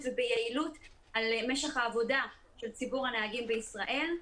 וביעילות על משך העבודה של ציבור הנהגים בישראל.